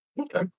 Okay